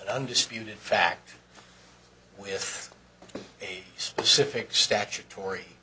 undisputed fact with specific statutory